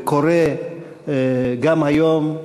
וקורא גם היום,